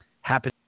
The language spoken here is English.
happen